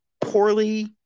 poorly